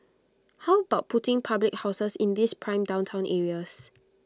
how about putting public housing in these prime downtown areas